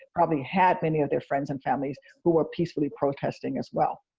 probably had many of their friends and families who were peacefully protesting as well.